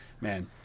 man